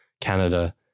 Canada